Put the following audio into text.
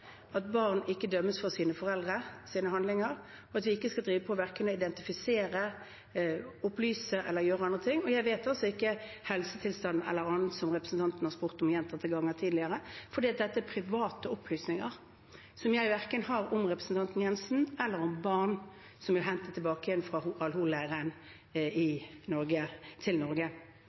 at barn ikke skal dømmes for sine foreldres handlinger, og at vi verken skal identifisere dem, opplyse om dem eller gjøre andre ting. Jeg vet ikke hva som er helsetilstanden eller annet som representanten har spurt om gjentatte ganger tidligere, for dette er private opplysninger som jeg verken har om representanten Jensen eller om barn som er blitt hentet tilbake fra